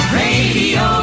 radio